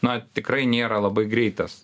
na tikrai nėra labai greitas